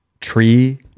tree